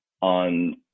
on